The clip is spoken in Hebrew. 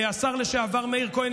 השר לשעבר מאיר כהן,